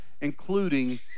including